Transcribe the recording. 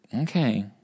Okay